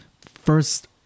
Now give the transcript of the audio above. first